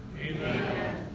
Amen